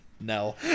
No